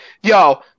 Yo